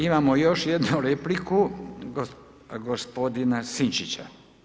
Imamo još jednu repliku gospodina Sinčića.